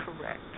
correct